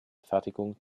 fertigung